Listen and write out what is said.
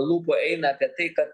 lūpų eina apie tai kad